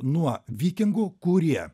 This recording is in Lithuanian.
nuo vikingų kurie